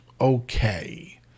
Okay